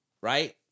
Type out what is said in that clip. Right